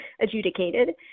adjudicated